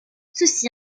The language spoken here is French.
ceci